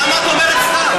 למה את אומרת סתם?